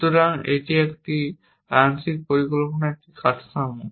সুতরাং এটি একটি আংশিক পরিকল্পনার একটি কাঠামো